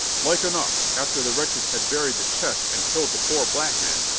like enough, after the wretches had buried the chest and killed the poor black man,